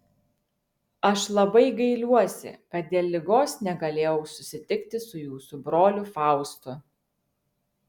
aš labai gailiuosi kad dėl ligos negalėjau susitikti su jūsų broliu faustu